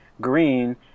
green